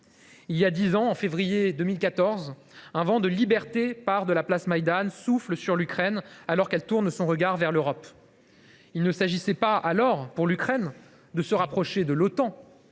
Il y a dix ans, en février 2014, un vent de liberté part de la place Maïdan et souffle sur l’Ukraine, qui tourne son regard vers l’Europe. Il ne s’agissait pas alors pour l’Ukraine de se rapprocher de